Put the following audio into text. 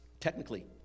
technically